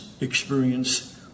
experience